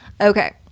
Okay